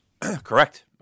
Correct